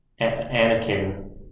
Anakin